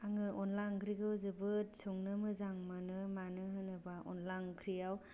आङो अनद्ला ओंख्रिखौ जोबोद संनो मोजां मोनो मानो होनोब्ला अनद्ला ओंख्रिआव